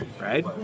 right